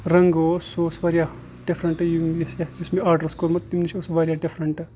رنٛگ اوس سُہ اوس واریاہ ڈِفرنٛٹ یُس مےٚ آرڈر اوس کوٚرمُت تمہِ نِش اوس واریاہ ڈِفرنٛٹ